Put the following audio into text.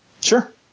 Sure